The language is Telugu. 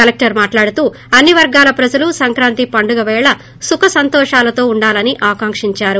కలెక్షర్ మాట్హడుతూ అన్ని వర్గాల ప్రజలు సంక్రాంతి పండుగ పేళ సుఖ సంతోషాలతో ఉండాలని ఆకాంకించారు